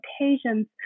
occasions